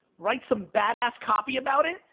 write some badass copy about it,